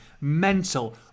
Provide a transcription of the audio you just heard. mental